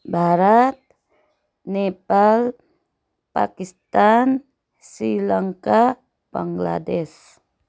Bharat Nepal Pakistan Sri Lanka Bangladesh